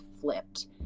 flipped